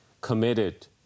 committed